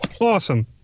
Awesome